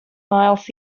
miles